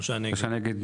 3 נמנעים,